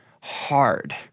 hard